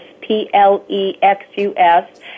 P-L-E-X-U-S